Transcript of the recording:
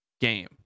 game